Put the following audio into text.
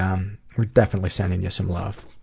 um, we're definitely sendin' you some love.